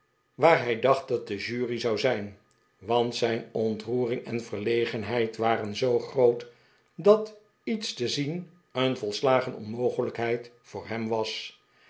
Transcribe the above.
waar hij dacht dat de jury zou zijn want zijn ontroering en verlegenheid waren zoo groot dat iets te zien een volslagen onmogelijkheid voor hem was